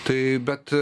tai bet